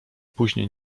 później